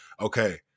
Okay